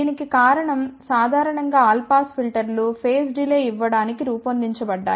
దీనికి కారణం సాధారణం గా ఆల్ పాస్ ఫిల్టర్లు ఫేస్ డిలే ఇవ్వడానికి రూపొందించబడ్డాయి